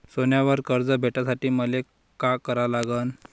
सोन्यावर कर्ज भेटासाठी मले का करा लागन?